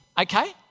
okay